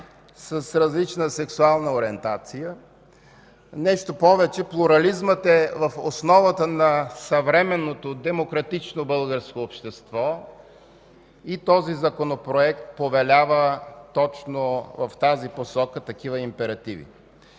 с различна сексуална ориентация. Нещо повече, плурализмът е в основата на съвременното демократично българско общество и този Законопроект повелява точно в тази посока такива императиви.